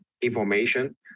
information